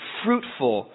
fruitful